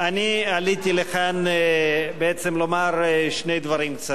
אני עליתי לכאן בעצם לומר שני דברים קצרים,